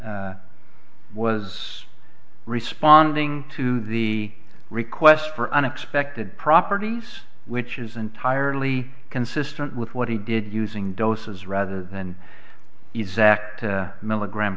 zahn was responding to the request for unexpected properties which is entirely consistent with what he did using doses rather than exact milligram